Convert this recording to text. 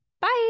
Bye